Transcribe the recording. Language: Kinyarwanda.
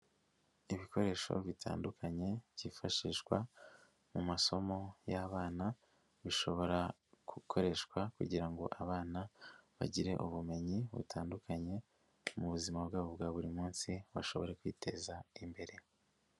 Ibikoresho bitandukanye byifashishwa mu masomo y'abana bishobora gukoreshwa kugira ngo abana bagire ubumenyi butandukanye mu buzima bwabo bwa buri munsi bashobore kwiteza imbere.